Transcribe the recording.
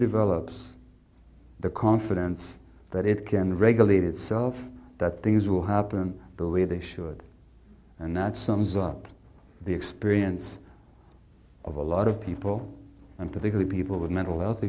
develops the confidence that it can regulate itself that things will happen the way they should and that sums up the experience of a lot of people i think that people with mental health